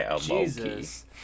Jesus